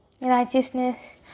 righteousness